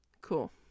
Cool